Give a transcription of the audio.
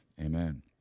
Amen